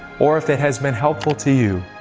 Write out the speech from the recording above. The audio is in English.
or if it has been helpful to you,